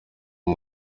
uwo